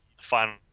final